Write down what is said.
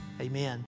Amen